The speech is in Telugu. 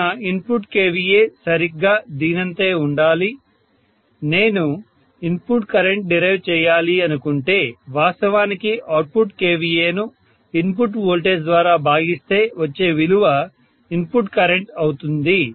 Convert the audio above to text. కావున ఇన్పుట్ kVA సరిగ్గా దీనంతే ఉండాలి నేను ఇన్పుట్ కరెంట్ డిరైవ్ చేయాలి అనుకుంటే వాస్తవానికి అవుట్పుట్ kVA ను ఇన్పుట్ వోల్టేజ్ ద్వారా భాగిస్తే వచ్చే విలువ ఇన్పుట్ కరెంట్ అవుతుంది